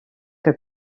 que